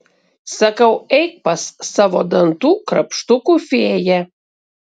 sakau eik pas savo dantų krapštukų fėją